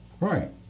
Right